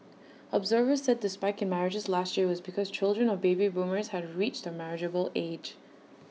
observers said the spike in marriages last year was because children of baby boomers had reached the marriageable age